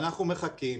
ואנחנו מחכים